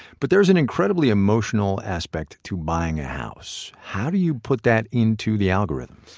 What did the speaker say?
but there is an incredibly emotional aspect to buying a house. how do you put that into the algorithm?